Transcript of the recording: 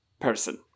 person